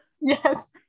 yes